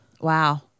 Wow